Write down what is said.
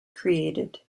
created